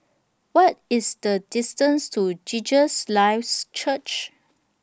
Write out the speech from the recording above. What IS The distance to Jesus Lives Church